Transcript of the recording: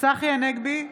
צחי הנגבי,